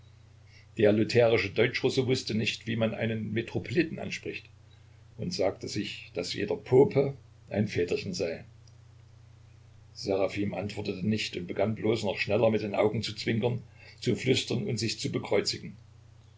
der lutherische deutschrusse wußte nicht wie man einen metropoliten anspricht und sagte sich daß jeder pope ein väterchen sei seraphim antwortete nicht und begann bloß noch schneller mit den augen zu zwinkern zu flüstern und sich zu bekreuzigen